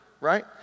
right